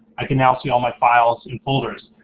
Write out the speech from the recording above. i can now see all my files and folders.